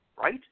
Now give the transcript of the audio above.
Right